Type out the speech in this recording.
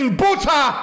butter